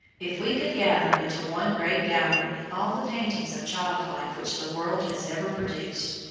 if we could gather into one great gallery all the paintings of child-life which the world has ever produced,